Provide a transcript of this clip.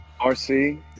RC